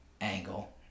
angle